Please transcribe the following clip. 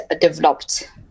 developed